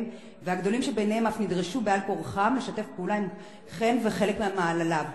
והגדולים שביניהם אף נדרשו בעל כורחם לשתף פעולה עם חן וחלק ממעלליו".